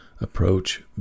approach